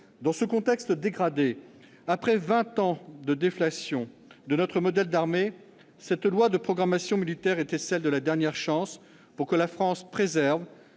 Dans ce contexte dégradé, après vingt ans de déflation de notre modèle d'armée, cette loi de programmation militaire était celle de la dernière chance pour que la France préserve